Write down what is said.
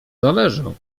zależą